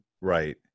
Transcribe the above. Right